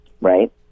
right